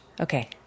Okay